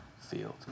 field